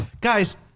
Guys